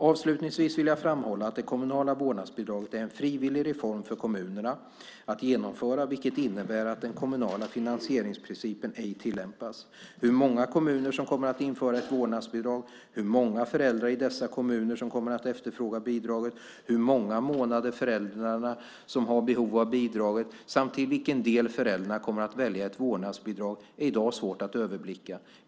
Avslutningsvis vill jag framhålla att det kommunala vårdnadsbidraget är en frivillig reform för kommunerna att genomföra vilket innebär att den kommunala finansieringsprincipen ej tillämpas. Hur många kommuner som kommer att införa ett vårdnadsbidrag, hur många föräldrar i dessa kommuner som kommer att efterfråga bidraget, hur många månader föräldrar har behov av bidraget samt till vilken del föräldrarna kommer att välja ett vårdnadsbidrag är i dag svårt att överblicka.